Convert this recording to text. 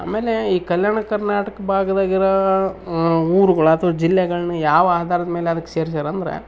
ಆಮೇಲೆ ಈ ಕಲ್ಯಾಣ ಕರ್ನಾಟಕದ ಭಾಗದಾಗಿರೋ ಊರುಗಳಾತು ಜಿಲ್ಲೆಗಳನ್ನ ಯಾವ ಆಧಾರದ ಮೇಲೆ ಅದ್ಕೆ ಸೇರಿಸಾರೆ ಅಂದ್ರೆ